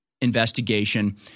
investigation